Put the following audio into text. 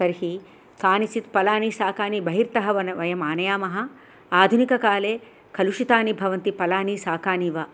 तर्हि कानिचित् फलानि शाकानि बहिर्तः वन वयम् आनयामः आधुनिककाले कलुषितानि भवन्ति फलानि शाकानि वा